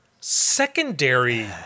secondary